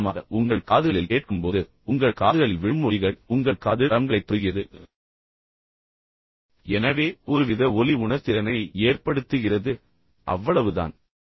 உதாரணமாக உங்கள் காதுகளில் கேட்கும் போது உங்கள் காதுகளில் விழும் ஒலிகள் உங்கள் காது டிரம்களைத் தொடுகிறது எனவே ஒருவித ஒலி உணர்திறனை ஏற்படுத்துகிறது அவ்வளவுதான்